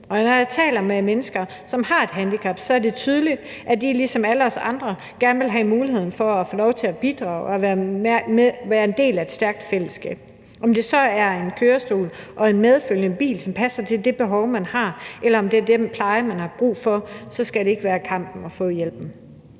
når jeg taler med mennesker, som har et handicap, er det tydeligt, at de ligesom alle os andre gerne vil have muligheden for at få lov til at bidrage og være en del af et stærkt fællesskab. Om det så er en kørestol og en medfølgende bil, som passer til det behov, man har, eller om det er den pleje, man har brug for, så skal det ikke være en kamp at få hjælpen.